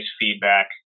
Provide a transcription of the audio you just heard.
feedback